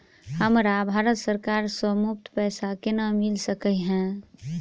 हमरा भारत सरकार सँ मुफ्त पैसा केना मिल सकै है?